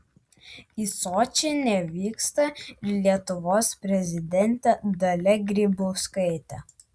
į sočį nevyksta ir lietuvos prezidentė dalia grybauskaitė